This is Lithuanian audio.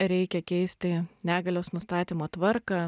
reikia keisti negalios nustatymo tvarką